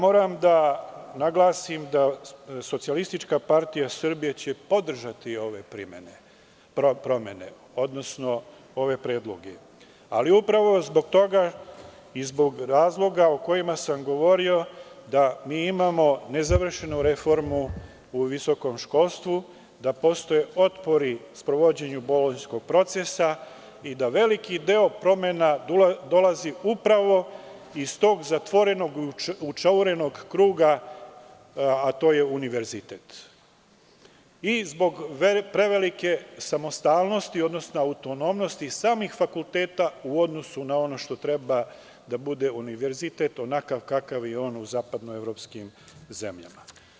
Moram da naglasim da će SPS podržati ove promene, odnosno ove predloge, ali upravo zbog toga i zbog razloga o kojima sam govorio, da mi imamo nezavršenu reformu u visokom školstvu, da postoje otpori u sprovođenju bolonjskog procesa i da veliki deo promena dolazi upravo iz tog zatvorenog učaurenog kruga, a to je univerzitet i zbog prevelike samostalnosti, odnosno autonomnosti samih fakulteta u odnosu na ono što treba da bude univerzitet, onakav kakav je on u zapadnoevropskim zemljama.